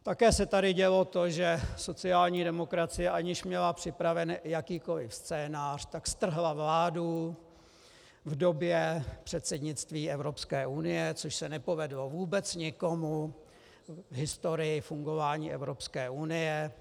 Také se tady dělo to, že sociální demokracie, aniž měla připraven jakýkoliv scénář, tak strhla vládu v době předsednictví Evropské unie, což se nepovedlo vůbec nikomu v historii fungování Evropské unie.